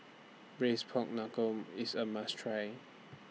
Braised Pork Knuckle IS A must Try